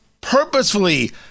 purposefully